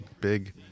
big